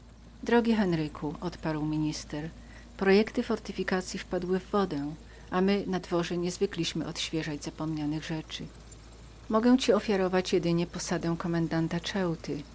drugidrogi henryku odparł minister zamiary naszych fortyfikacyi wpadły w wodę a my na dworze nie zwykliśmy odświeżać zapomnianych rzeczy mogę ci jednak ofiarować posadę komendanta ceuty